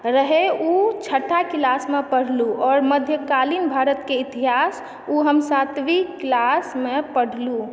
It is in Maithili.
रहय ओ छठा क्लासमे पढ़लु आओर मध्यकालीन भारतके इतिहास ओ हम सातवीं क्लासमे पढ़लु